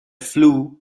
flue